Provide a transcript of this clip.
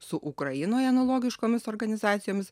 su ukrainoje analogiškomis organizacijomis